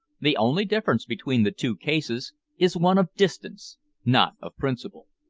the only difference between the two cases is one of distance, not of principle.